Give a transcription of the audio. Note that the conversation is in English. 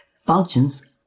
functions